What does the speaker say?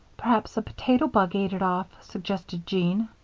perhaps a potato bug ate it off, suggested jean.